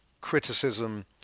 criticism